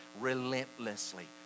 relentlessly